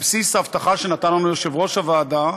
על בסיס ההבטחה שנתן לנו יושב-ראש הוועדה,